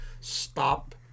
stop